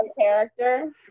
character